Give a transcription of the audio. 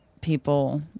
people